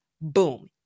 Boom